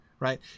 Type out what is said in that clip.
Right